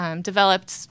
developed